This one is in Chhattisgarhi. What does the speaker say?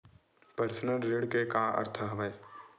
पर्सनल ऋण के का अर्थ हवय?